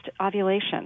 ovulation